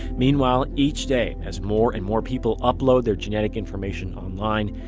meanwhile, each day, as more and more people upload their genetic information online,